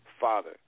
Father